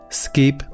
skip